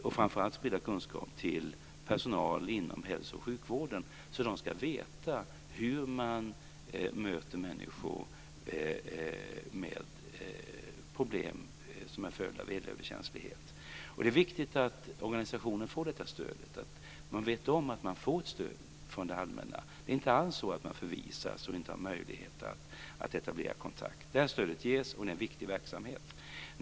Den ska framför allt sprida kunskap till personal inom hälso och sjukvården så att den ska veta hur man möter människor med problem som följd av elöverkänslighet. Det är viktigt att organisationen får det stödet och att man vet om att man får ett stöd från det allmänna. Det är inte alls så att man förvisas och inte har möjlighet att etablera kontakt. Det stödet ges, och det är en viktig verksamhet.